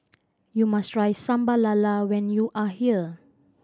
you must try Sambal Lala when you are here